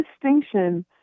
distinction